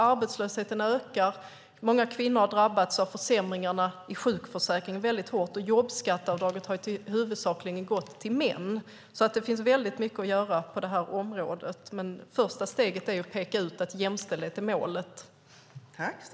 Arbetslösheten ökar, många kvinnor har drabbats hårt av försämringarna i sjukförsäkringen, och jobbskatteavdraget har huvudsakligen gått till män. Det finns mycket att göra på det här området. Det första steget är att peka ut att jämställdheten är målet.